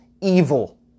evil